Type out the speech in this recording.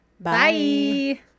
Bye